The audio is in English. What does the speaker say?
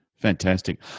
Fantastic